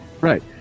Right